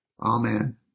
Amen